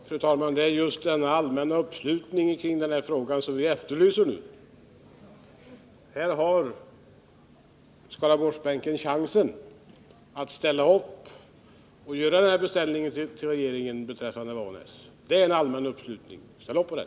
Fru talman! Det är just den allmänna uppslutningen kring frågan som vi nu efterlyser. Här har Skaraborgsbänken chansen att göra beställningen till regeringen beträffande Vanäsverken. Då skulle det bli en allmän uppslutning. Ställ upp på det!